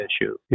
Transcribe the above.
issue